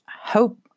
hope